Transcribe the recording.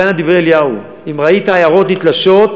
בתנא דבי אליהו: אם ראית עיירות נתלשות,